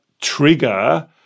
trigger